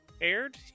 aired